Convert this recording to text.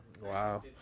wow